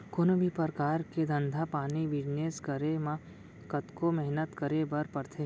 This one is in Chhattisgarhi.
कोनों भी परकार के धंधा पानी बिजनेस करे म कतको मेहनत करे बर परथे